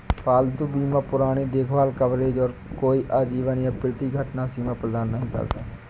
पालतू बीमा पुरानी देखभाल कवरेज और कोई आजीवन या प्रति घटना सीमा प्रदान नहीं करता